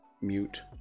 Mute